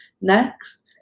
next